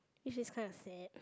which is kind of sad